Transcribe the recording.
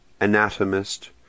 anatomist